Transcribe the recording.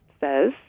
says